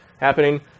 happening